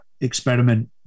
experiment